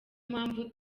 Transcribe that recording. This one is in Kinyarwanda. mpamvu